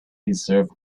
deserve